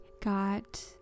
got